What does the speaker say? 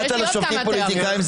יכולת להיכנס לחניון בצורה בטוחה.